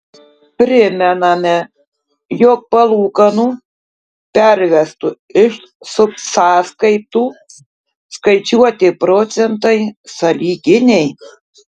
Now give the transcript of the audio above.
primename jog palūkanų pervestų iš subsąskaitų skaičiuoti procentai sąlyginiai